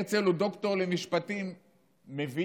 הרצל הוא דוקטור למשפטים מווינה.